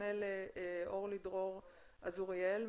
נפנה לאורלי דרור אזוריאל,